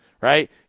right